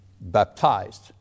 baptized